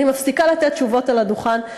אני מפסיקה לתת תשובות על הדוכן.